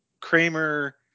Kramer